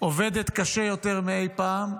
עובדת קשה יותר מאי פעם,